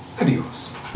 adios